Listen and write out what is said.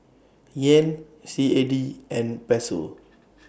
Yen C A D and Peso